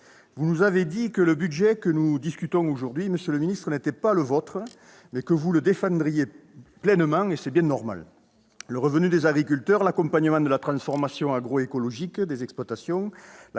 Vous nous avez dit que le budget que nous examinons aujourd'hui, monsieur le ministre, n'était pas le vôtre, mais que vous le défendriez pleinement, ce qui est bien normal. Le revenu des agriculteurs, l'accompagnement de la transformation agroécologique des exploitations,